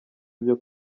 byo